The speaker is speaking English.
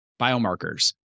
biomarkers